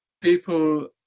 People